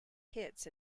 hits